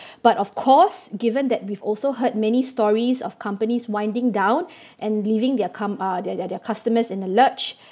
but of course given that we've also heard many stories of companies winding down and leaving there com~ uh their their their customers in the lurch